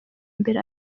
mbere